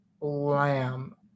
Lamb